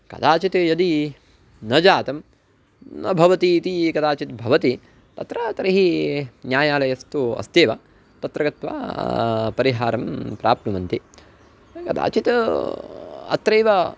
कदाचित् यदि न जातं न भवति इति कदाचित् भवति तत्र तर्हि न्यायालयस्तु अस्त्येव तत्र गत्वा परिहारं प्राप्नुवन्ति कदाचित् अत्रैव